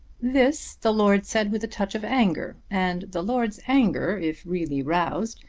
this the lord said with a touch of anger, and the lord's anger, if really roused,